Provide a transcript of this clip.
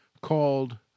called